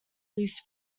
least